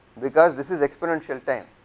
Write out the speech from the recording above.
because this is exponential time,